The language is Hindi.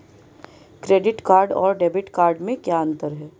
क्रेडिट कार्ड और डेबिट कार्ड में क्या अंतर है?